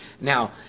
Now